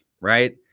Right